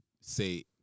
say